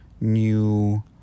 new